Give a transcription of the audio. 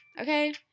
okay